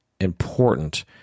important